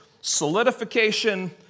solidification